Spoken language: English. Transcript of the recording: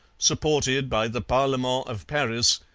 supported by the parlement of paris,